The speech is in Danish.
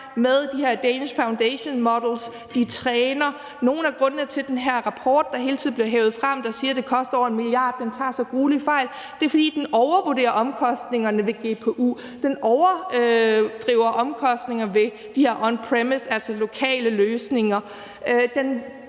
med de her Danish Foundation Models, som de træner. Nogle af grundene til, at den her rapport, der hele tiden bliver hevet frem, og som siger, at det koster over 1 mia. kr., tager så gruelig fejl, er, at den overvurderer omkostningerne ved GPU. Den overdriver omkostningerne ved de her lokale løsninger.